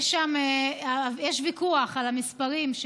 יש ויכוח על המספרים: